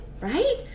right